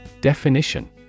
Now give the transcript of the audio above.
Definition